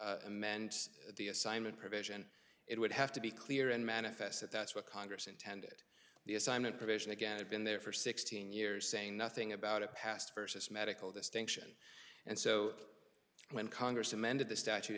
italy amend the assignment provision it would have to be clear and manifest that that's what congress intended the assignment provision again had been there for sixteen years saying nothing about a past versus medical distinction and so when congress amended the statute